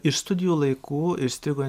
iš studijų laikų įstrigo